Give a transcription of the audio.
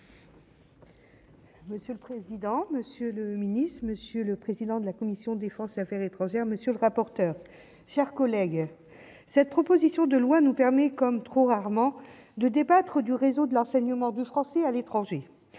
Monsieur le président, monsieur le ministre, monsieur le président de la commission Défense, Affaires étrangères, monsieur le rapporteur. C'est-à-dire collègues cette proposition de loi nous permet comme trop rarement de débattre du réseau de l'enseignement du français à l'étranger,